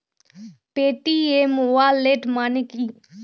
Paytm wallet মানে কি?